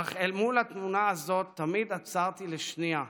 אך אל מול התמונה הזאת תמיד עצרתי לשנייה,